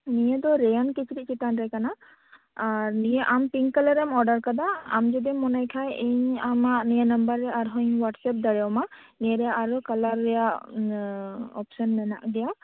ᱱᱤᱭᱟᱹ ᱫᱚ ᱨᱮᱭᱚᱱ ᱠᱤᱪᱨᱤᱡ ᱪᱮᱛᱟᱱ ᱨᱮ ᱠᱟᱱᱟ ᱟᱨ ᱱᱤᱭᱟᱹ ᱟᱢ ᱯᱤᱝ ᱠᱟᱞᱟᱨᱮᱢ ᱚᱰᱟᱨ ᱟᱠᱟᱫᱟ ᱟᱢ ᱡᱩᱫᱤᱢ ᱢᱚᱱᱮᱭᱮᱫ ᱠᱷᱟᱱ ᱤᱧ ᱟᱢᱟᱜ ᱱᱤᱭᱟᱹ ᱱᱟᱢᱵᱟᱨ ᱨᱮ ᱟᱨᱦᱚᱸᱧ ᱚᱭᱟᱴᱥᱮᱯ ᱫᱟᱲᱮᱭᱟᱢᱟ ᱱᱤᱭᱟᱹ ᱨᱮ ᱟᱨᱚ ᱠᱟᱞᱟᱨ ᱨᱮᱭᱟᱜ ᱚᱯᱥᱮᱱ ᱢᱮᱱᱟᱜ ᱜᱮᱭᱟ